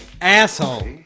asshole